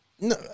No